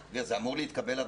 מתי זה אמור להתקבל?